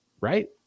Right